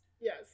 Yes